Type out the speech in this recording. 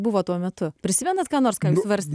buvo tuo metu prisimenat ką nors ką jūs svarstėt